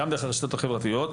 גם דרך הרשתות החברתיות,